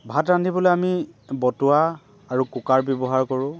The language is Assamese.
ভাত ৰান্ধিবলৈ আমি বতোৱা আৰু কুকাৰ ব্যৱহাৰ কৰোঁ